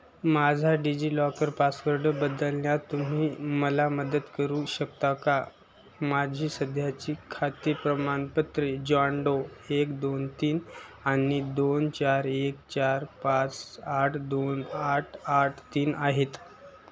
माझा DigiLocker password बदलण्यात तुम्ही मला मदत करू शकता का माझी सध्याची खाते प्रमाणपत्रे जॉन डो एक दोन तीन आणि दोन चार एक चार पास आठ दोन आठ आठ तीन आहेत